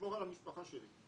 לשמור על המשפחה שלי,